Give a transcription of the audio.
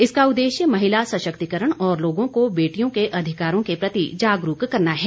इसका उद्देश्य महिला सशक्तिकरण और लोगों को बेटियों के अधिकारों के प्रति जागरूक करना है